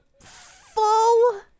full